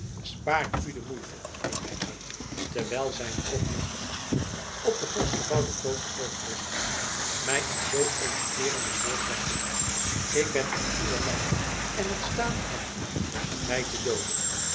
spaart u de moeite riep hij uit terwijl zijn oog met verachting op den forschgebouwden kloostervoogd rustte mij een zoo onteerenden voorslag te doen ik ben in uwe macht en het staat aan u mij te dooden